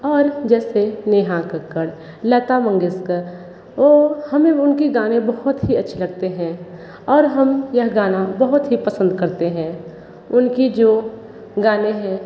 और जैसे नेहा कक्कड़ लता मंगेशकर और वो हमें उनकी गाने बहुत ही अच्छे लगतें हैं और हम यह गाना बहुत ही पसंद करते हैं उनकी जो गाने हैं